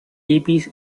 hippies